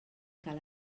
cal